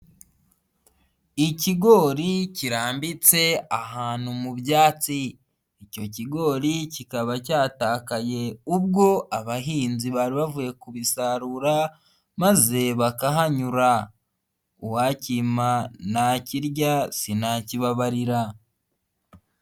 Ikigori kirambitse ahantu mu byatsi, icyo kigori kikaba cyatakaye ubwo abahinzi bari bavuye kubisarura maze bakahanyura, uwakimpa nakirya sinakibabarira.